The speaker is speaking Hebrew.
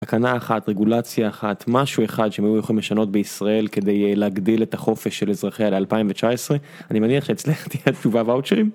תקנה אחת רגולציה אחת משהו אחד שמוכנים לשנות בישראל כדי להגדיל את החופש של אזרחיה ל 2019 אני מניח שאצלך תהיה התשובה ואוצ'רים?.